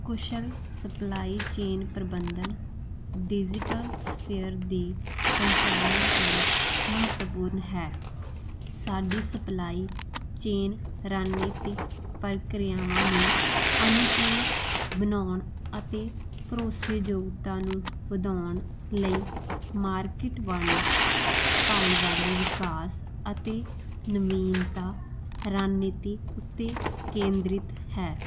ਕੁਸ਼ਲ supply chain ਪ੍ਰਬੰਧਨ digital sphere ਦੇ ਸੰਚਾਲਨ ਲਈ ਮਹੱਤਵਪੂਰਨ ਹੈ ਸਾਡੀ ਸਪਲਾਈ ਚੇਨ ਰਣਨੀਤੀ ਪ੍ਰਕਿਰਿਆਵਾਂ ਨੂੰ ਅਨੁਕੂਲ ਬਣਾਉਣ ਅਤੇ ਭਰੋਸੇਯੋਗਤਾ ਨੂੰ ਵਧਾਉਣ ਲਈ ਮਾਰਕੀਟ ਵੰਡ ਭਾਈਵਾਲੀ ਵਿਕਾਸ ਅਤੇ ਨਵੀਨਤਾ ਰਣਨੀਤੀ ਉੱਤੇ ਕੇਂਦ੍ਰਿਤ ਹੈ